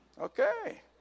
okay